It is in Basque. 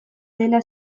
dela